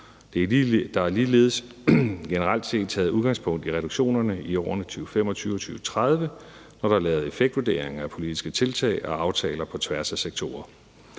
Der er ligeledes generelt set taget udgangspunkt i reduktionerne i årene 2025 og 2030, når der er lavet effektvurderinger af politiske tiltag og aftaler på tværs af sektorer.